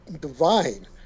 divine